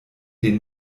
den